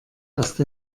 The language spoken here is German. erst